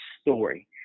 story